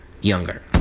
younger